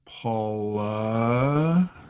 Paula